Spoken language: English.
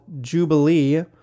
Jubilee